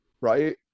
right